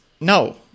no